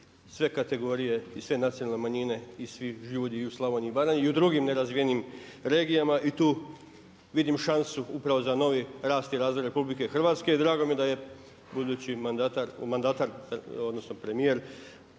sve kategorije i sve nacionalne manjine i svi ljudi i u Slavoniji i u Baranji i u drugim nerazvijenim regijama i tu vidim šansu upravo za novi rast i razvoj Republike Hrvatske. I drago mi je da je budući mandatar, odnosno premijer